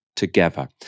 together